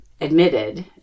admitted